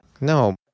no